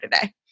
today